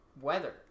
weather